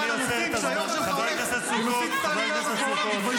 אני חושב שהנזק הכי גדול שהיה למדינת ישראל מאז